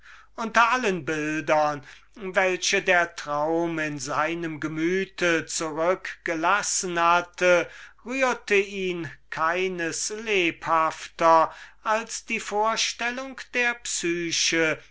unter allen bildern welche der traum in seinem gemüte zurückgelassen hatte rührte ihn keines lebhafter als die vorstellung der psyche